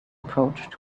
approached